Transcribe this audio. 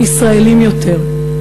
ישראלים יותר,